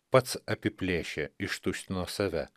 pats apiplėšė ištuštino save